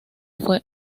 fue